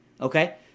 okay